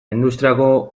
industriako